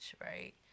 right